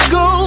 go